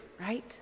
right